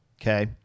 okay